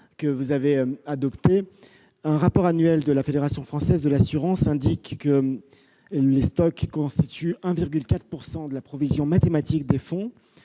ce sujet. Un rapport annuel de la Fédération française de l'assurance indique que les stocks constituent 1,4 % de la provision mathématique des fonds.